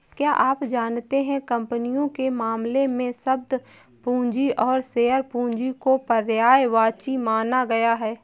क्या आप जानते है कंपनियों के मामले में, शब्द पूंजी और शेयर पूंजी को पर्यायवाची माना गया है?